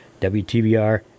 wtbr